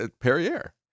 Perrier